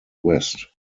west